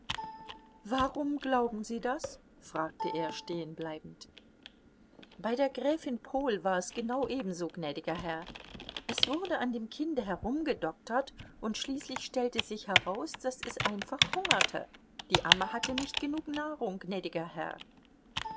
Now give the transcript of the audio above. warum glauben sie das fragte er stehen bleibend bei der gräfin pohl war es genau ebenso gnädiger herr es wurde an dem kinde herumgedoktert und schließlich stellte sich heraus daß es einfach hungerte die amme hatte nicht genug nahrung gnädiger herr